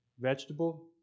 Vegetable